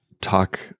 talk